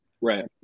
Right